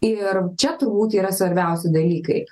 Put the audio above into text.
ir čia turbūt yra svarbiausi dalykai